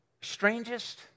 strangest